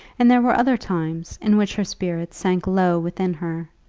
and there were other times, in which her spirits sank low within her,